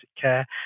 care